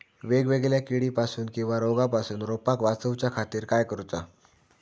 वेगवेगल्या किडीपासून किवा रोगापासून रोपाक वाचउच्या खातीर काय करूचा?